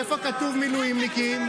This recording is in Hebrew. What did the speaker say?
איפה כתוב "מילואימניקים"?